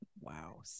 wow